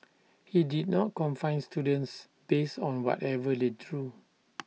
he did not confine students based on whatever they drew